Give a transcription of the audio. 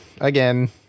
again